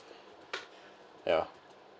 ya